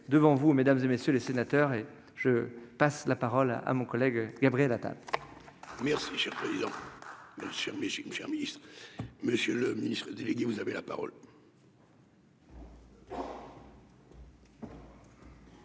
devant vous mesdames et messieurs les sénateurs et je passe la parole à mon collègue Gabriel Attal.